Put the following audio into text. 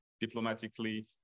diplomatically